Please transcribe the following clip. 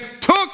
took